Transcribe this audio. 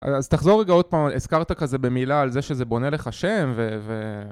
אז תחזור רגע עוד פעם, הזכרת כזה במילה על זה שזה בונה לך שם